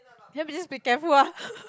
then we just be careful ah